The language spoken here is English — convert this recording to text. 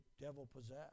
devil-possessed